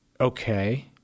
Okay